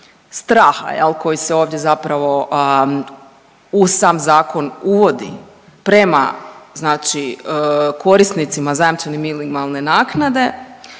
straha koji se ovdje zapravo u sam zakon uvodi prema, znači korisnicima zajamčene minimalne naknade